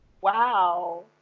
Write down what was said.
wow